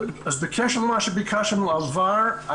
בקשר למה שביקשתם בעבר,